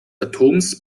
atoms